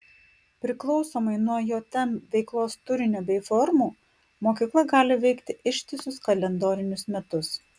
priklausomai nuo jm veiklos turinio bei formų mokykla gali veikti ištisus kalendorinius metus